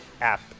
app